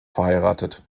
verheiratet